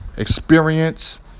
Experience